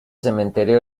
cementerio